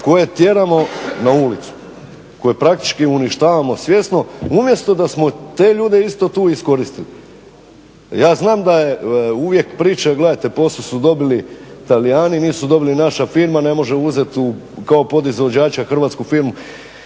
koje tjeramo na ulicu, koje praktički uništavamo svjesno umjesto da smo te ljude isto tu iskoristili. Ja znam da je uvijek priča gledajte posao su dobili Talijani nisu dobili naša firma ne može uzeti kao podizvođača hrvatsku firmu.